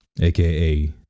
aka